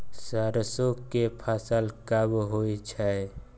सरसो के फसल कब होय छै?